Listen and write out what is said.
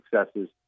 successes